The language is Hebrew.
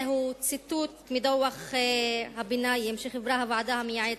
זה ציטוט מדוח הביניים שחיברה הוועדה המייעצת.